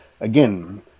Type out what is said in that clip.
again